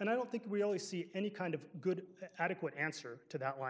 and i don't think we only see any kind of good adequate answer to that line